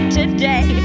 today